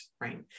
right